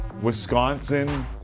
wisconsin